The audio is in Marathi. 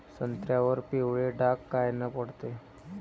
संत्र्यावर पिवळे डाग कायनं पडते?